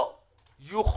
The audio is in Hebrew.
מקווה שעד יום ראשון.